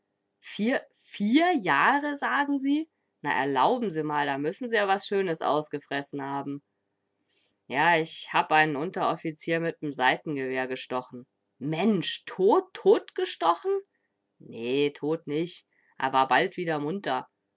vier vier jahre sagen sie na erlauben sie mal da müssen sie ja was schönes ausgefressen haben ja ich hab ein'n unteroffizier mit m seitengewehr gestochen mensch tot totgestochen nee tot nich a war bald wieder munter